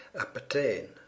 appertain